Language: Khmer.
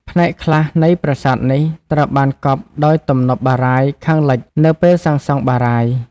ផ្នែកខ្លះនៃប្រាសាទនេះត្រូវបានកប់ដោយទំនប់បារាយណ៍ខាងលិចនៅពេលសាងសង់បារាយណ៍។